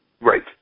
Right